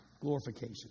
Glorification